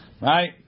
right